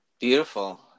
Beautiful